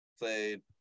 played